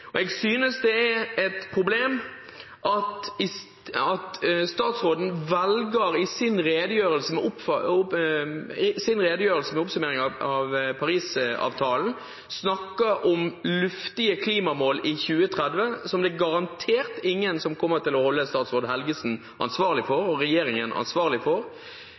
klimaendringer. Jeg synes det er et problem at statsråden i sin redegjørelse med oppsummering av Paris-avtalen velger å snakke om luftige klimamål i 2030, som garantert ingen kommer til å holde statsråd Helgesen og regjeringen ansvarlig for.